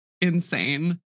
insane